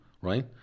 right